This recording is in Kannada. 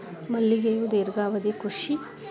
ಮಲ್ಲಿಗೆಯು ದೇರ್ಘಾವಧಿಯ ಕೃಷಿ